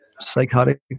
psychotic